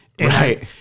right